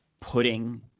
putting